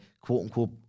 quote-unquote